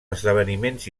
esdeveniments